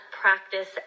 practice